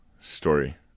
story